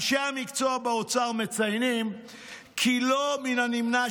אנשי המקצוע באוצר מציינים כי לא מן הנמנע